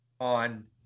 on